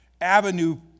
avenue